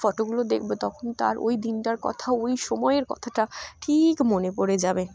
ফটোগোগুলো দেখব তখন তার ওই দিনটার কথা ওই সময়ের কথাটা ঠিক মনে পড়ে যাবে